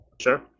sure